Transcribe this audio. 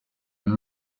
and